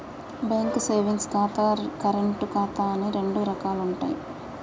bank savings ఖాతా, current ఖాతా అని రెండు రకాలుంటయ్యి